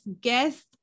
guest